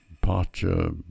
Departure